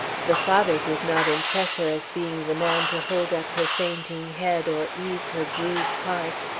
the father did not impress her as being the man to hold up her fainting head or ease her bruised heart.